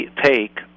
take